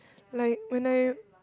like when I